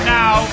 now